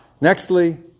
Nextly